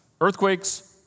earthquakes